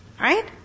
Right